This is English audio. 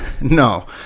No